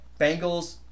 Bengals